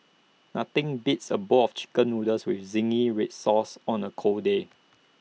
nothing beats A bowl of Chicken Noodles with Zingy Red Sauce on A cold day